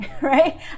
right